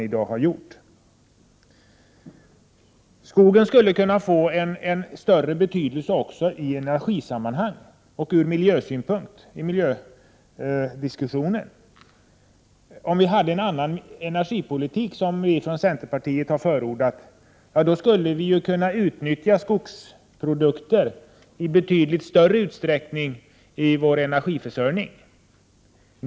Skogen skulle också kunna få en större betydelse i energisammanhang och i miljödiskussioner. Om vi hade en annan energipolitik, vilket centerpartiet har förordat, skulle vi kunna utnyttja skogsprodukter i betydligt större utsträckning i vår energiförsörjning.